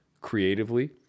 creatively